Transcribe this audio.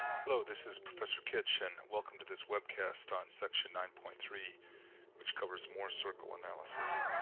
hello this is professor kitch. and welcome to this webcast on section nine point three which covers mohr circle analysis